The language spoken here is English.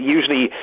Usually